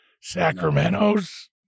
Sacramento's